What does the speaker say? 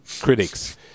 critics